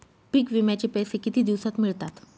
पीक विम्याचे पैसे किती दिवसात मिळतात?